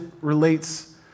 relates